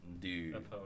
Dude